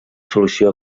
solució